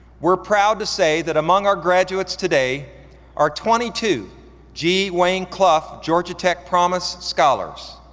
we're proud to say that among our graduates today are twenty two g. wayne clough georgia tech promise scholars.